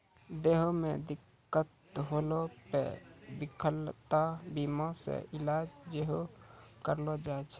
देहो मे दिक्कत होला पे विकलांगता बीमा से इलाज सेहो करैलो जाय छै